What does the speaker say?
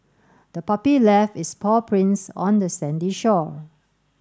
the puppy left its paw prints on the sandy shore